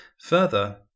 Further